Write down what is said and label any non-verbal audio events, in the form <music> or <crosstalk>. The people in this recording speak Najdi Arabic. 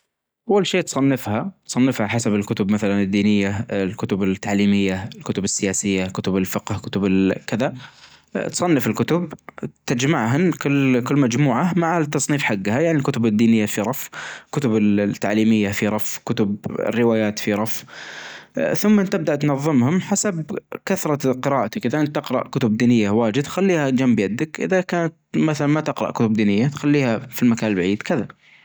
أول حاجه تفصل الكهرب، ثانى حاجة تنتظر نص ساعة لأن هذا الفر-الفريون، ثالث حاجة-حاچة بتفظى الثلاچة تماما أول شي تفظى الثلاچة تماما تماما تماما ما تخلى فيها ولا شي، ثم تخ-تخرچ الأزراچ برة أتغسلهم سواء بالموية أو بماء حار أو بالسائل الصابون أو شي، ثم أن آخر حاچة أنك تت <hesitation> ترچع كل حاچة مكانها وتصبر ساعتين وتشغل الث-ثلاچة مرة-مرة ثانية.